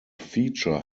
feature